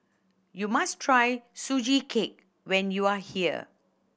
you must try Sugee Cake when you are here